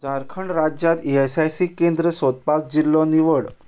झारखंड राज्यांत E S I C केंद्रां सोदपाक जिल्लो निवड